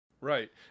Right